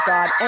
God